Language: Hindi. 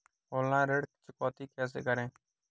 ऑनलाइन ऋण चुकौती कैसे करें?